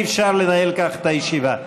אי-אפשר לנהל כך את הישיבה.